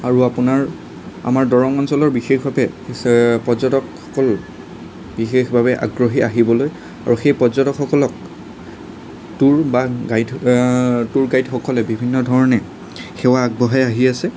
আৰু আপোনাৰ আমাৰ দৰং অঞ্চলৰ বিশেষভাৱে পৰ্যটকসকল বিশেষভাৱে আগ্ৰহী আহিবলৈ আৰু সেই পৰ্যটকসকলক ট্যুৰ বা গাইড ট্যুৰ গাইডসকলে বিভিন্ন ধৰণে সেৱা আগবঢ়াই আহি আছে